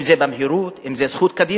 אם זה במהירות, אם זה זכות קדימה,